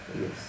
yes